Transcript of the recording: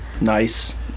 Nice